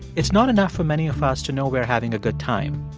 it's not enough for many of us to know we're having a good time.